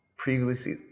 previously